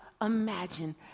imagine